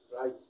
right